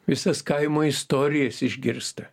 visas kaimo istorijas išgirsta